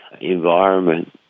environment